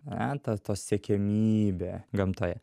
ane ta to siekiamybė gamtoje